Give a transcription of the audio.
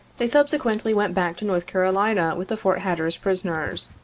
they subsequently went back to north carolina with the fort hatteras prisoners,